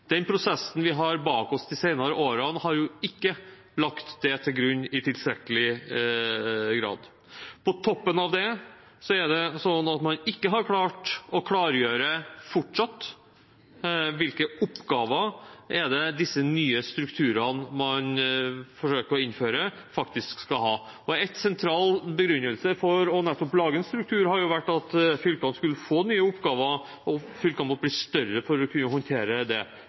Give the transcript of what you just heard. Den prosessen vi har bak oss de senere årene, har ikke lagt det til grunn i tilstrekkelig grad. På toppen av det har man fortsatt ikke klart å klargjøre hvilke oppgaver disse nye strukturene man forsøker å innføre, faktisk skal ha. En sentral begrunnelse for å lage en ny struktur har vært at fylkene skulle få nye oppgaver, og at fylkene måtte bli større for å kunne håndtere det.